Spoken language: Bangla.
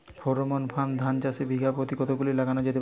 ফ্রেরোমন ফাঁদ ধান চাষে বিঘা পতি কতগুলো লাগানো যেতে পারে?